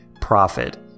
profit